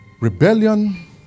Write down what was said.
rebellion